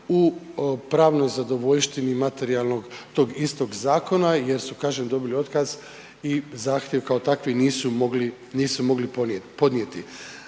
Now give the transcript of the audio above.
u pravnoj zadovoljštini materijalnog, tog istog zakona jer su, kažem, dobili otkaz i zahtjev kao takvi nisu mogli podnijeti.